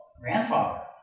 Grandfather